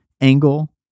Angle